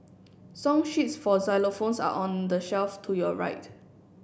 song sheets for xylophones are on the shelf to your right